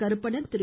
Karuppanan Thiru